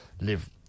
live